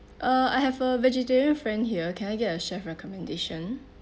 uh I have a vegetarian friend here can I get a chef recommendation